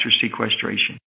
sequestration